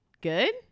Good